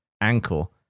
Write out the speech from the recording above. ankle